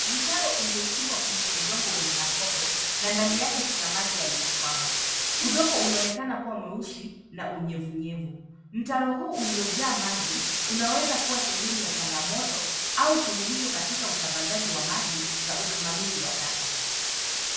Mtaro uliochimbwa kwenye udongo wenye matope na ndani yake kuna maji yaliyokwama. Udongo unaonekana kuwa mweusi na unyevunyevu. Mtaro huu uliojaa maji, unaweza kuwa sehemu ya changamoto, au suluhisho katika usambazaji wa maji na usimamizi wa taka.